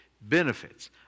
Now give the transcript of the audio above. benefits